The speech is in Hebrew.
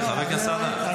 הוא הציע לי.